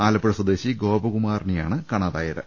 ആലപ്പുഴ സ്വദേശി ഗോപകുമാറിനെയാണ് കാണാ തായത്